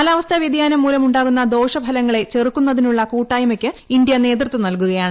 കാലാവസ്ഥാ വൃതിയാനം മൂലമു ാകുന്ന ദോഷ ഫലങ്ങളെ ചെറുക്കുന്നതിനുള്ള കൂട്ടായ്മയ്ക്ക് ഇന്ത്യ നേതൃത്വം നൽകുകയാണ്